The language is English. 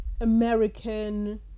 American